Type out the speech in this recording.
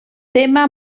tema